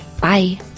Bye